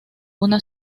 una